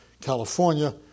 California